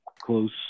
close